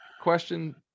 question